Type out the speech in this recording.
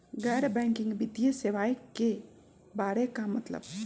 गैर बैंकिंग वित्तीय सेवाए के बारे का मतलब?